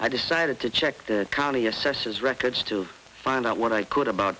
i decided to check the county assessor's records to find out what i could about